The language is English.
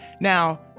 now